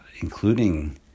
including